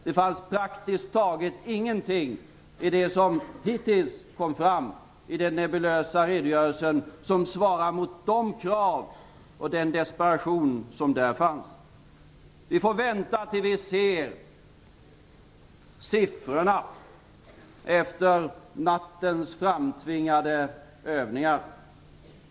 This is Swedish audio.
Det finns praktiskt taget ingenting i det som hittills har kommit fram i den nebulösa redogörelsen som svarar mot de krav och den desperation som uttrycktes i brevet. Vi får vänta till dess vi ser siffrorna efter nattens framtvingade övningar.